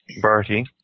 Barty